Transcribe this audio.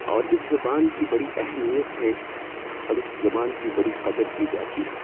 اور اس زبان کی بڑی اہمیت ہے اور اس زبان کی بڑی قدر کی جاتی ہے